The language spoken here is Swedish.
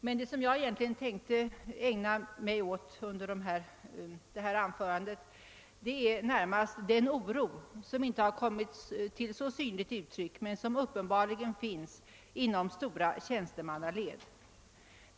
Men vad jag egentligen tänkte ägna mig åt i mitt anförande är den oro som uppenbarligen finns inom stora tjänstemannagrupper men som inte har kommit till så synliga uttryck.